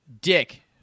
Dick